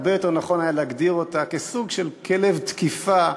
הרבה יותר נכון היה להגדיר אותה כסוג של כלב תקיפה,